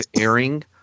airing